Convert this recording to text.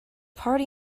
party